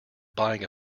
buying